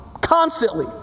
Constantly